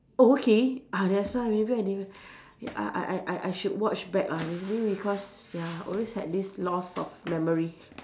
oh okay ah that's why maybe I didn't I I I I should watch back lah maybe because ya always had this loss of memory